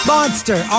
Monster